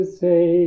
say